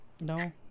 no